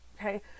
Okay